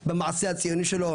במעשה הציוני שלו,